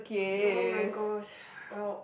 oh-my-gosh help